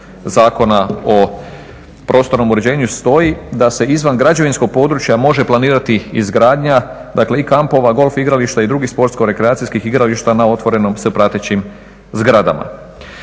Zakona o prostornom uređenju stoji da se izvan građevinskog područja može planirati izgradnja i kampova i golf igrališta i drugih sportsko-rekreacijskih igrališta na otvorenom sa pratećim zgradama.